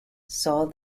saw